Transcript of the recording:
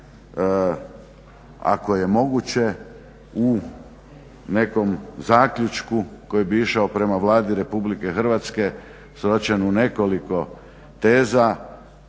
ako je moguće u nekom zaključku koji bi išao prema Vladi RH sročen u nekoliko teza